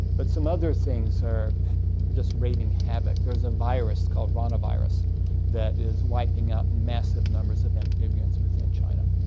but some other things are just wreaking havoc. there is a virus called ranavirus that is wiping out massive numbers of amphibians within but so and china.